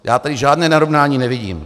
Já tady žádné narovnání nevidím.